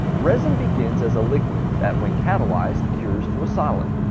resin begins as a liquid that, when catalyzed, cures to a solid.